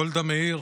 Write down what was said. גולדה מאיר,